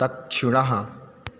दक्षिणः